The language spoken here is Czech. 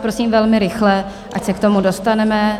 Prosím velmi rychle, ať se k tomu dostaneme.